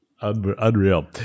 unreal